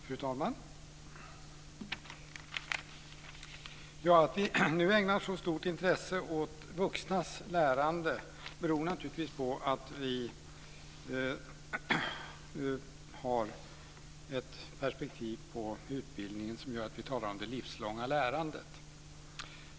Fru talman! Att vi nu ägnar så stort intresse åt vuxnas lärande beror på att vi har ett perspektiv på utbildningen där vi talar om det livslånga lärandet.